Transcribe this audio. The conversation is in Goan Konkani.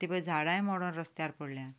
आतां तीं पळय झाडांय मडून रसत्यार पडल्यात